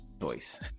choice